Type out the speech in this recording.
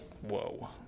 Whoa